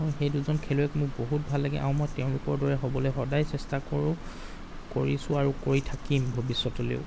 সেই দুজন খেলুৱৈক মোক বহুত ভাল লাগে আৰু মই তেওঁলোকৰ দৰে হ'বলৈ সদায় চেষ্টা কৰোঁ কৰিছোঁ আৰু কৰি থাকিম ভৱিষ্যতলৈয়ো